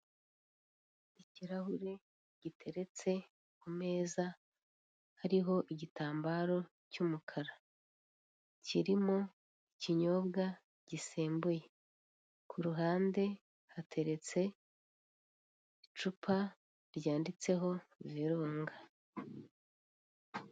Ikirahure giteretse ku meza hariho igitambaro cy'umukara. Kirimo ikinyobwa gisembuye ku ruhande hateretse icupa ryanditseho vurunga.